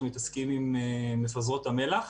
שמתעסקים עם מפזרות המלח.